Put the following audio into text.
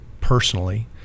personally